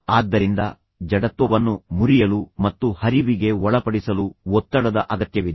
ಆದ್ದರಿಂದ ಜಡತ್ವವನ್ನು ಮುರಿಯಲು ಮತ್ತು ಹರಿವಿಗೆ ಒಳಪಡಿಸಲು ಒತ್ತಡದ ಅಗತ್ಯವಿದೆ